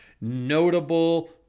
notable